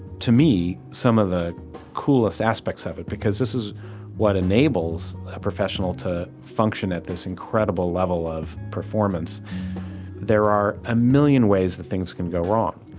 to me, some of the coolest aspects of it because this is what enables a professional to function at this incredible level of performance there are a million ways that things can go wrong,